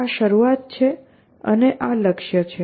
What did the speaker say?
આ શરૂઆત છે અને આ લક્ષ્ય છે